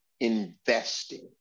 investing